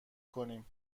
کنیم